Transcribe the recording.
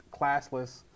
classless